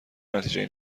نتیجه